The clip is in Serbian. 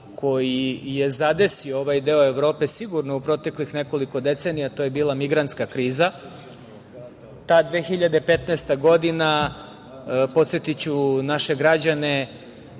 koji je zadesio ovaj deo Evrope sigurno u proteklih nekoliko decenija, to je bila migrantska kriza. Ta 2015. godina, podsetiću naše građane,